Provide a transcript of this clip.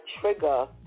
trigger